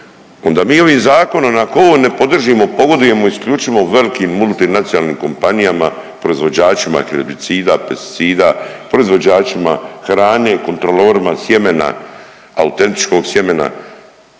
onda mi ovim zakonom ako ovo ne podržimo pogodujemo isključivo velikim multinacionalnim kompanijama proizvođačima herbicida, pesticida, proizvođačima hrane, kontrolorima sjemena, autentičkog sjemena.